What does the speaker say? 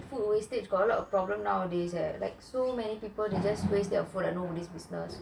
food wastage got a lot of problems nowadays eh like so many people they just waste their food like nobody's business